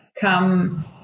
come